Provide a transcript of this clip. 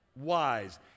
wise